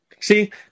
See